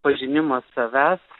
pažinimas savęs